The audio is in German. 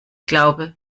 glaube